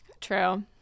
True